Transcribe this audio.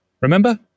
Remember